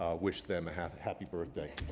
um wish them a happy happy birthday.